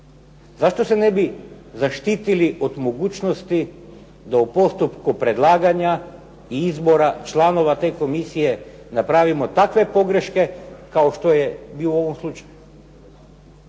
Zašto se ne bi zaštitili od mogućnosti da u postupku predlaganja izbora članova te komisije napravimo takve pogreške kao što je bilo u ovom slučaju?